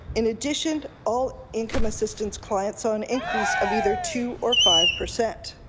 in addition all income assistance clients ah an increase of either two or five percent.